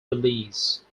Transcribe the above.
release